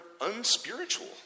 unspiritual